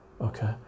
okay